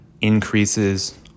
increases